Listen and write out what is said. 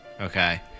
Okay